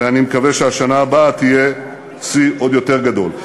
ואני מקווה שבשנה הבאה יהיה שיא עוד יותר גדול.